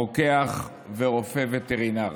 רוקח ורופא וטרינר.